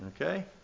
okay